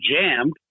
jammed